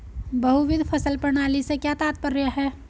बहुविध फसल प्रणाली से क्या तात्पर्य है?